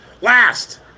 Last